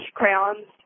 crayons